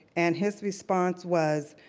and his response was,